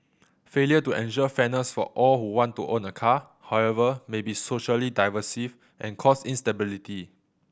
failure to ensure fairness for all who want to own a car however may be socially divisive and cause instability